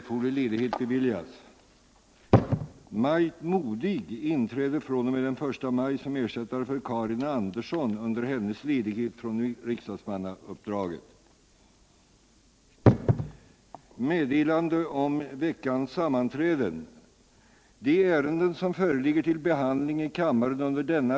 På senaste tiden har byggnadsnämnderna i ökad utsträckning begärt in uppgifter avseende energihushållningen enligt SBN 1975 avsnitt 11:126.